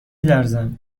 لرزم